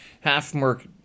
Half-merc